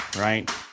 right